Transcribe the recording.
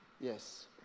yes